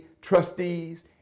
trustees